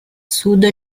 sud